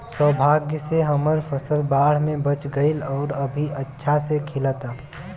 सौभाग्य से हमर फसल बाढ़ में बच गइल आउर अभी अच्छा से खिलता